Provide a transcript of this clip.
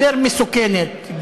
יותר מסוכנת,